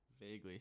vaguely